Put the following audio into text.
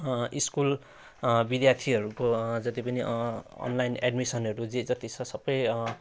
school विद्यार्थीहरूको जति पनि अनलाइन एड्मिसनहरू जेजति छ सबै